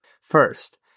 First